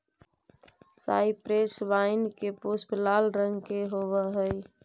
cypress wine के पुष्प लाल रंग के होवअ हई